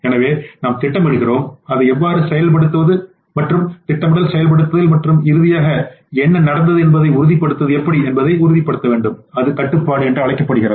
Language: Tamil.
எனவே நாம் என்ன திட்டமிடுகிறோம் அதை எவ்வாறு செயல்படுத்துவது மற்றும் திட்டமிடல் செயல்படுத்தல் மற்றும் இறுதியாக என்ன நடந்தது என்பதை உறுதிப்படுத்துவது எப்படி என்பதை உறுதிப்படுத்த வேண்டும் அதுகட்டுப்பாடுஎன்று அழைக்கப்படுகிறது